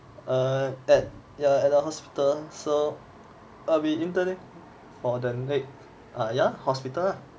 err at ya at the hospital so I'll be intern there for the next yeah hospital